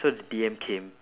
so the D_M came